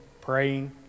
praying